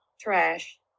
trash